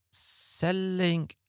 Selling